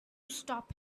stop